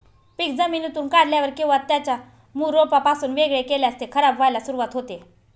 पीक जमिनीतून काढल्यावर किंवा त्याच्या मूळ रोपापासून वेगळे केल्यास ते खराब व्हायला सुरुवात होते